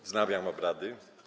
Wznawiam obrady.